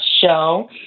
show